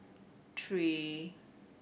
three